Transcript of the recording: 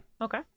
Okay